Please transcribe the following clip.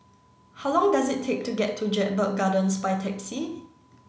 how long does it take to get to Jedburgh Gardens by taxi